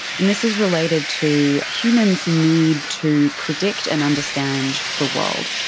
and this is related to humans' need to predict and understand the world.